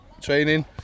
training